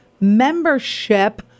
membership